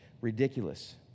ridiculous